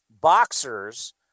boxers